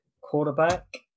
quarterback